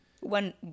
One